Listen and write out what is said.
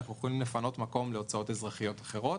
אנחנו יכולים לפנות מקום להוצאות אזרחיות אחרות.